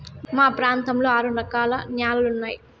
మా ప్రాంతంలో ఆరు రకాల న్యాలలు ఉన్నాయి